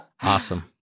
Awesome